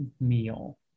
meal